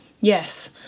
Yes